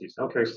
Okay